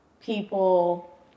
people